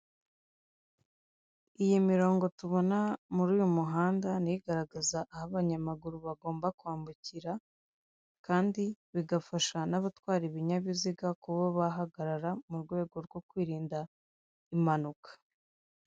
Iyi mirongo tubona muri uyu muhanda niyo igaragaza aho abanyamaguru bagomba kwambukira, kandi bigafasha n'abatwara ibinyabiziga kuba bahagarara mu rwego rwo kwirinda impanuka.